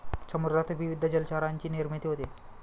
समुद्रात विविध जलचरांची निर्मिती होते